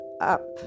up